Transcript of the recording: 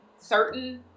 certain